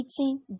Eating